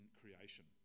creation